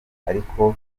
ariko